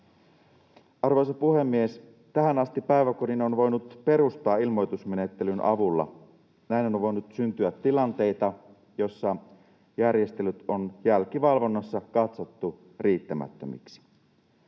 Arvoisa puhemies! Tähän asti päiväkodin on voinut perustaa ilmoitusmenettelyn avulla. Näin on voinut syntyä tilanteita, joissa järjestelyt ovat jälkivalvonnassa katsottu riittämättömiksi.